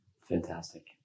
Fantastic